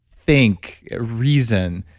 think, reason.